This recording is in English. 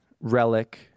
Relic